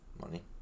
money